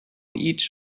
each